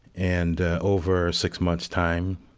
and over six months' time.